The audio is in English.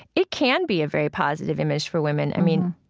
it can be a very positive image for women. i mean,